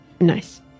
Nice